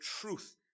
truth